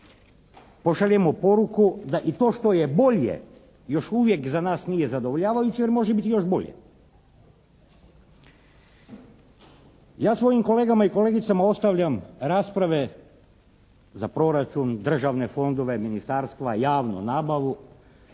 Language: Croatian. pošaljemo poruku da i to što je bolje još uvijek za nas nije zadovoljavajuće jer može biti još bolje. Ja svojim kolegama i kolegicama ostavljam rasprave za proračun, državne fondove, ministarstva, javnu nabavu